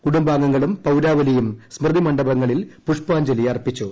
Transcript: കുടുംബാംഗങ്ങളും പൌരാവലിയും സ്മൃതി മണ്ഡപങ്ങളിൽ പുഷ്പാജ്ഞലി അർപ്പിച്ചു